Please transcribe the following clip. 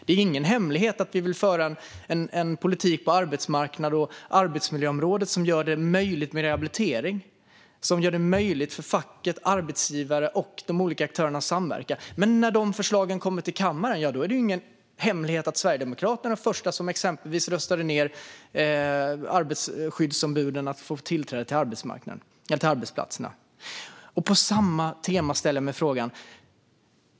Det är ingen hemlighet att vi vill föra en politik på arbetsmarknads och arbetsmiljöområdet som gör det möjligt med rehabilitering och som gör det möjligt för facket, arbetsgivarna och de olika aktörerna att samverka. Men när de här förslagen kommer till kammaren är det ingen hemlighet att Sverigedemokraterna var de första som röstade ned exempelvis möjligheten för skyddsombuden att få tillträde till arbetsplatserna. På samma tema tänker jag på en annan fråga, Julia Kronlid.